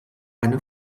eine